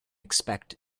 expect